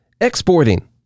exporting